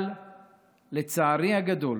אבל לצערי הגדול